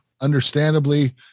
understandably